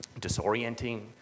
disorienting